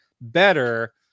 better